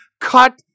cut